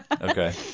Okay